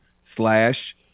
slash